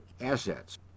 assets